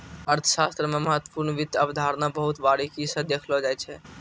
अर्थशास्त्र मे महत्वपूर्ण वित्त अवधारणा बहुत बारीकी स देखलो जाय छै